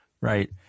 right